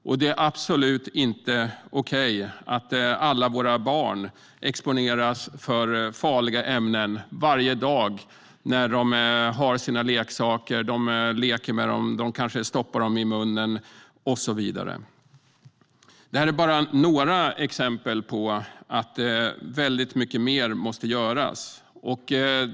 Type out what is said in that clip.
Och det är absolut inte okej att alla våra barn exponeras för farliga ämnen varje dag när de leker med sina leksaker och kanske stoppar dem i munnen. Detta är bara några exempel på att väldigt mycket mer måste göras.